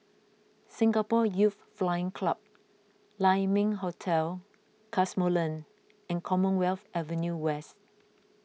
Singapore Youth Flying Club Lai Ming Hotel Cosmoland and Commonwealth Avenue West